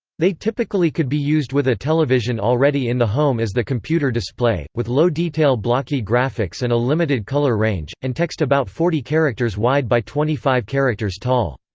they typically could be used with a television already in the home as the computer display, with low-detail blocky graphics and a limited color range, and text about forty characters wide by twenty five characters tall.